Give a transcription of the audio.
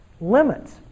limits